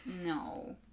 no